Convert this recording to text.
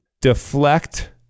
Deflect